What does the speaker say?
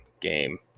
game